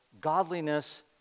Godliness